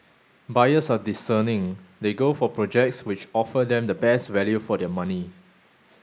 buyers are discerning they go for projects which offer them the best value for their money